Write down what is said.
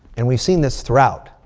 and we've seen this throughout.